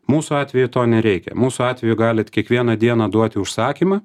mūsų atveju to nereikia mūsų atveju galit kiekvieną dieną duoti užsakymą